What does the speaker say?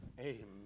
Amen